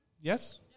Yes